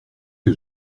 que